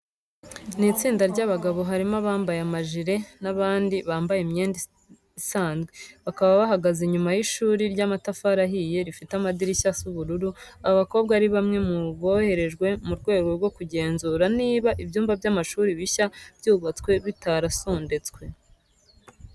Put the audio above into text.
Ni istinda ry'abagabo harimo abambaye amajire n'abandi bambaye imyenda isanzwe. bakaba bahagaze inyuma y'ishuri ry'amatafari ahiye, rifite amadirishya asa ubururu. Aba akaba ari bamwe mu boherejwe mu rwego rwo kugenzura niba ibyumba by'amashuri bishya byubatswe bitarasondetswe.